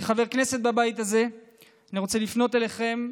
כחבר כנסת בבית הזה אני רוצה לפנות אליכם,